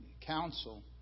council